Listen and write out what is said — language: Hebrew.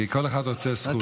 כי כל אחד רוצה זכות.